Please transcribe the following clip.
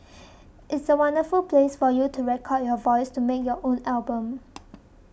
it's a wonderful place for you to record your voice to make your own album